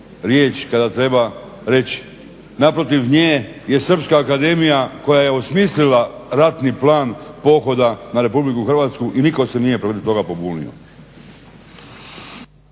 riječ kada treba reći. Naprotiv nje je srpska akademija koja je osmislila ratni plan pohoda na Republiku Hrvatsku i nitko se nije protiv toga pobunio.